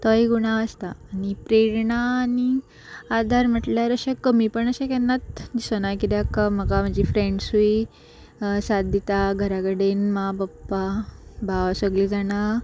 तो एक उणाव आसता आनी प्रेरणा आनी आदार म्हटल्यार अशें कमीपण अशें केन्नात दिसुना कित्याक म्हाका म्हजी फ्रॅण्सूय साथ दिता घरा कडेन मां पप्पा भाव सगळीं जाणां